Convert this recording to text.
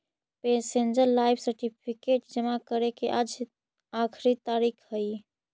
pensioner life certificate जमा करे के आज आखिरी तारीख हइ